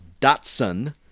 Datsun